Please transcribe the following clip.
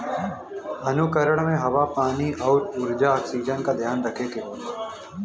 अंकुरण में हवा पानी आउर ऊर्जा ऑक्सीजन का ध्यान रखे के होला